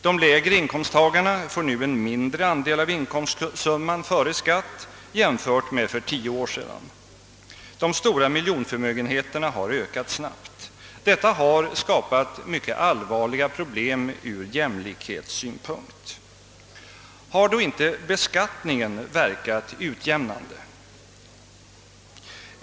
De lägre inkomsttagarna får nu en mindre andel av inkomstsumman före skatt jämfört med för tio år sedan. De stora miljonförmögenheterna har ökat snabbt. Detta har skapat mycket allvarliga problem ur jämlikbetssynpunkt. Har då inte beskattningen verkat utjämnande?